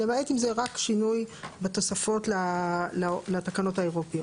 למעט אם זה רק שינוי בתוספות לתקנות האירופיות.